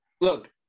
Look